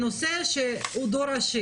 נושא שהוא דו-ראשי,